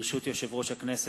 ברשות יושב-ראש הכנסת,